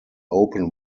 open